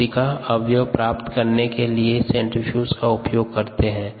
कोशिका अवयव प्राप्त करने के लिए सेंट्रीफ्यूज का उपयोग करते हैं